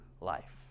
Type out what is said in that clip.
life